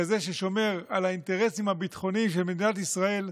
כזה ששומר על האינטרסים הביטחוניים של מדינת ישראל,